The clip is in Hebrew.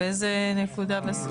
ב-2050?